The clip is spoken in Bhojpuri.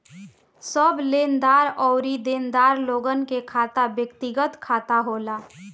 सब लेनदार अउरी देनदार लोगन के खाता व्यक्तिगत खाता होला